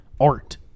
art